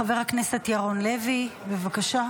חבר הכנסת ירון לוי, בבקשה.